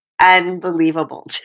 unbelievable